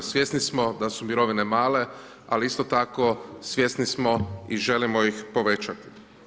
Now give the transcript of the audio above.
Svjesni smo da su mirovine male, ali isto tako svjesni smo i želimo ih povećati.